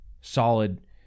solid